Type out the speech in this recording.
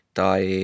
tai